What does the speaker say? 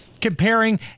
comparing